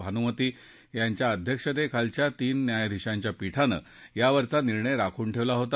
भानुमती यांच्या अध्यक्षतेखालच्या तीन न्यायधिशांच्या पीठानं यावरचा निर्णय राखून ठेवला होता